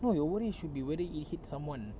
no your worry should be whether it hit someone